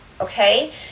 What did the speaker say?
Okay